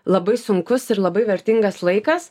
labai sunkus ir labai vertingas laikas